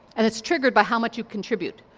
and it's triggered by how much you contribute.